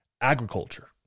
agriculture